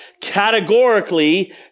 categorically